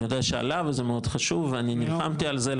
אני יודע שעלה וזה מאוד חשוב ואני נלחמתי על זה,